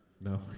No